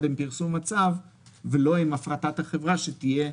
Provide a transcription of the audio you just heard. עם פרסום הצו ולא עם הפרטת החברה שתהיה